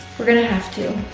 we're gonna have to.